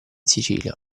sicilia